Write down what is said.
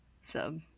sub